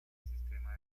sistema